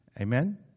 Amen